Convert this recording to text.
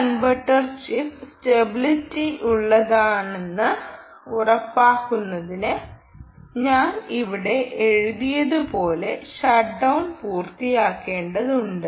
ഈ converter chip സ്റ്റെബിലിറ്റിയുള്ളതാണെന്ന് ഉറപ്പാക്കുന്നതിന് ഞാൻ ഇവിടെ എഴുതിയതുപോലെ ഷട്ട്ഡൌൺ പൂർത്തിയാക്കേണ്ടതുണ്ട്